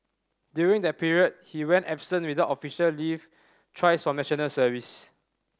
during that period he went absent without official leave thrice from National Service